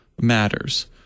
matters